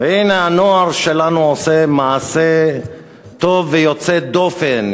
הנה הנוער שלנו עושה מעשה טוב ויוצא דופן.